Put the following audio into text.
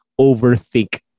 overthink